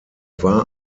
war